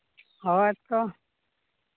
ᱦᱳᱭ ᱛᱚ